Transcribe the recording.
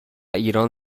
ایران